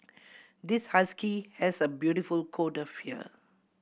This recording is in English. this husky has a beautiful coat of fur